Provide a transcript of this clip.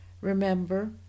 Remember